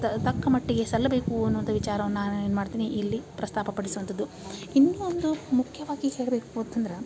ತ ತಕ್ಕ ಮಟ್ಟಿಗೆ ಸಲ್ಲಬೇಕು ಅನ್ನುವಂಥ ವಿಚಾರವನ್ನು ನಾನು ಏನು ಮಾಡ್ತೀನಿ ಇಲ್ಲಿ ಪ್ರಸ್ತಾಪ ಪಡಿಸುವಂಥದ್ದು ಇನ್ನೊಂದು ಮುಖ್ಯವಾಗಿ ಹೇಳಬೇಕು ಅಂತಂದ್ರೆ